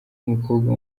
mukobwa